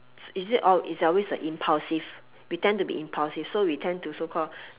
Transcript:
is it all it's always a impulsive we tend to be impulsive so we tend to so called